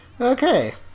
Okay